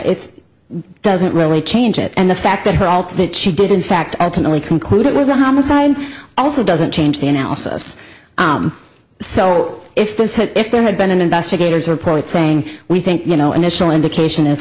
it's doesn't really change it and the fact that her alter that she did in fact ultimately conclude it was a homicide also doesn't change the analysis so if this had if there had been an investigator's report saying we think you know initial indication